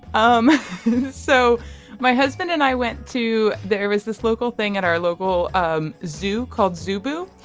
um so my husband and i went to there was this local thing at our local um zoo called zoo boo.